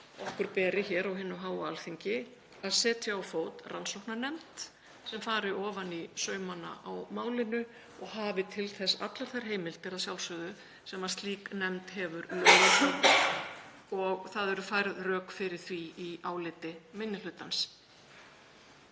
okkur beri hér á hinu háa Alþingi að setja á fót rannsóknarnefnd sem fari ofan í saumana á málinu og hafi til þess allar þær heimildir, að sjálfsögðu, sem slík nefnd hefur lögum samkvæmt og eru færð rök fyrir því í áliti minni hlutans.